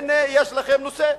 הנה, יש לכם נושא,